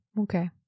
Okay